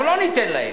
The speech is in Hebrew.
אנחנו לא ניתן להם.